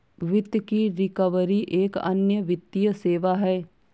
वित्त की रिकवरी एक अन्य वित्तीय सेवा है